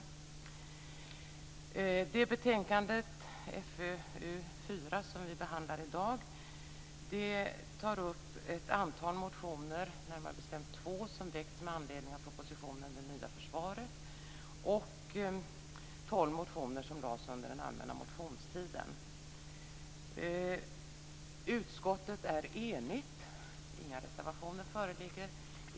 I det betänkande, FöU4, som vi behandlar i dag tas upp ett antal motioner, närmare bestämt två som väckts med anledning av propositionen Det nya försvaret och tolv som väckts under den allmänna motionstiden. Utskottet är enigt - inga reservationer föreligger.